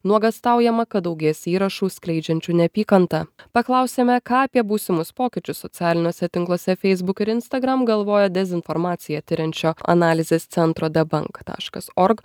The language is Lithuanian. nuogąstaujama kad daugės įrašų skleidžiančių neapykantą paklausėme ką apie būsimus pokyčius socialiniuose tinkluose facebook ir instagram galvoja dezinformaciją tiriančio analizės centro debunk taškas org